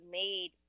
made